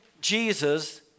Jesus